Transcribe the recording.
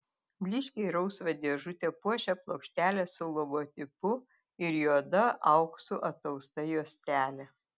blyškiai rausvą dėžutę puošią plokštelė su logotipu ir juoda auksu atausta juostelė